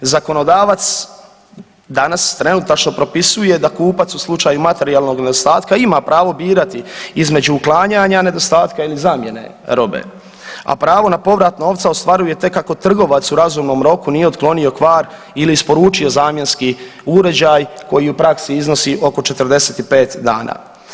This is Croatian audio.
Zakonodavac danas trenutačno propisuje da kupac u slučaju materijalnog nedostatka ima pravo birati između uklanjanja nedostatka ili zamjene robe, a pravo na povrat novca ostvaruje tek ako trgovac u razumnom roku nije otklonio kvar ili isporučio zamjenski uređaj koji u praksi iznosi oko 45 dana.